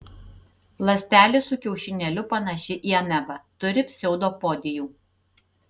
ląstelė su kiaušinėliu panaši į amebą turi pseudopodijų